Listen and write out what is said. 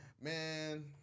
Man